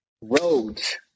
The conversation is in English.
roads